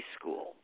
School